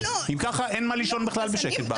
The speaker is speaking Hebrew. אם ככה אין מה לישון בכלל בשקט הארץ.